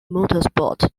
motorsport